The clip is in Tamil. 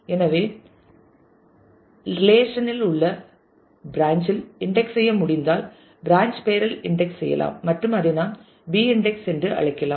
எனவே ரிலேஷன் இல் உள்ள பிரான்ச் இல் இன்டெக்ஸ் செய்ய முடிந்தால் பிரான்ச் பெயரில் இன்டெக்ஸ் செய்யலாம் மற்றும் அதை நாம் பி இன்டெக்ஸ் என்று அழைக்கலாம்